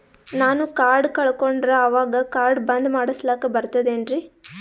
ನಾನು ಕಾರ್ಡ್ ಕಳಕೊಂಡರ ಅವಾಗ ಕಾರ್ಡ್ ಬಂದ್ ಮಾಡಸ್ಲಾಕ ಬರ್ತದೇನ್ರಿ?